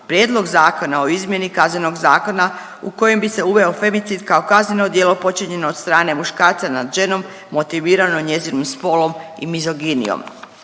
prijedlog Zakona o izmjeni Kaznenog zakona u kojem bi se uveo femicid kao kazneno djelo počinjeno od strane muškarca nad ženom motivirano njezinim spolom i mizoginijom.